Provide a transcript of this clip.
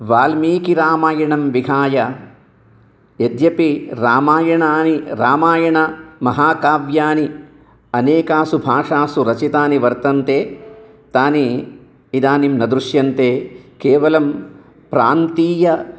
वाल्मीकिरामायणं विहाय यद्यपि रामायणाय रामायणमहाकाव्यानि अनेकासु भाषासु रचितानि वर्तन्ते तानि इदानीं न दृश्यन्ते केवलं प्रान्तीय